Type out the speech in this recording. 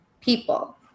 people